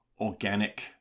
organic